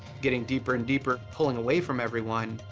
getting deeper and deeper, pulling away from everyone.